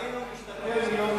מצבנו משתפר מיום ליום.